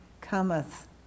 cometh